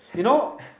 you know